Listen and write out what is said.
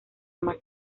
más